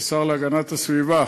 כשר להגנת הסביבה,